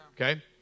Okay